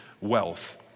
wealth